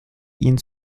ihn